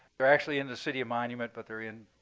they're actually in the city of monument, but they're in